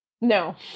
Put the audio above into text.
No